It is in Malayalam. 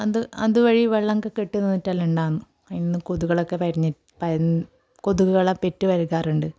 അത് അതുവഴി വെള്ളം കെട്ടിനിന്നിട്ടെല്ലാം ഉണ്ടാകും അതിൽ നിന്ന് കൊതുകളൊക്കെ വരിഞ്ഞിട്ട് കൊതുകളെ പെറ്റു പെരുകാറുണ്ട്